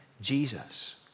Jesus